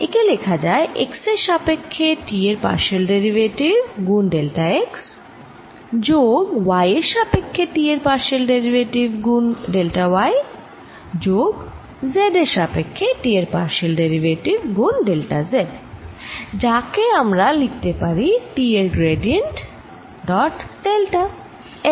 একে লেখা যায় x এর সাপক্ষ্যে T এর পার্শিয়াল ডেরিভেটিভ গুণ ডেল্টা x যোগ y এর সাপক্ষ্যে T এর পার্শিয়াল ডেরিভেটিভ গুণ ডেল্টা y যোগ z এর সাপক্ষ্যে T এর পার্শিয়াল ডেরিভেটিভ গুণ ডেল্টা z যাকে আমরা লিখতে পারি T এর গ্র্যাডিয়েন্ট ডট ডেল্টা l